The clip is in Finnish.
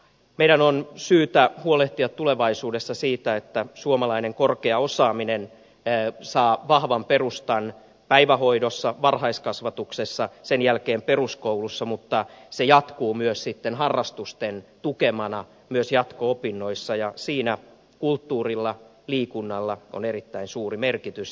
meidän on syytä huolehtia tulevaisuudessa siitä että suomalainen korkea osaaminen saa vahvan perustan päivähoidossa varhaiskasvatuksessa sen jälkeen peruskoulussa mutta se jatkuu myös sitten harrastusten tukemana myös jatko opinnoissa ja siinä kulttuurilla liikunnalla on erittäin suuri merkitys